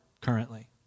currently